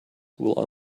will